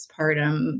postpartum